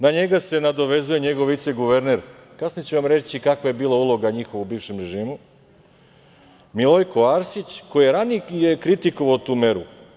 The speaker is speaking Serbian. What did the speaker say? Na njega se nadovezuje njegov viceguverner, kasnije ću vam reći kakva je bila uloga njihova u bivšem režimu, Milojko Arsić, koji je ranije kritikovao tu meru.